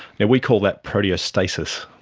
and we call that proteostasis.